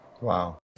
Wow